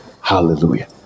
Hallelujah